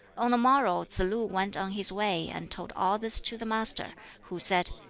on the morrow tsz-lu went on his way, and told all this to the master, who said,